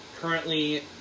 Currently